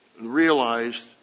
realized